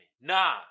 Nah